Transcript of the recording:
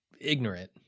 ignorant